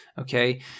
okay